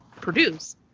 produce